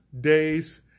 days